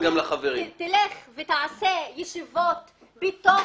תקיים ישיבות בתוך